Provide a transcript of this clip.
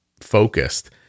focused